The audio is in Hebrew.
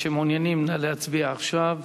הכנסת שמעוניינים, נא להצביע עכשיו.